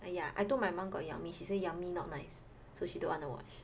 !aiya! I told my mom got 杨幂 she said 杨幂 not nice so she don't want to watch